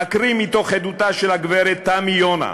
אקריא מתוך עדותה של הגברת תמי יונה,